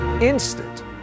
instant